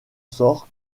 sort